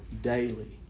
daily